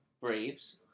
Braves